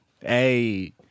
Hey